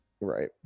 Right